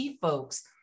folks